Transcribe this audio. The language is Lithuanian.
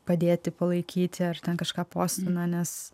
padėti palaikyti ar ten kažką postina nes